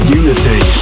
unity